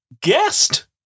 guest